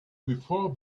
before